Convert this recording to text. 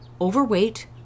overweight